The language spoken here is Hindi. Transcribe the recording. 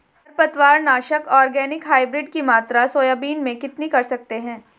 खरपतवार नाशक ऑर्गेनिक हाइब्रिड की मात्रा सोयाबीन में कितनी कर सकते हैं?